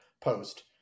post